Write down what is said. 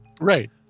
Right